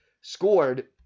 scored